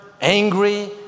angry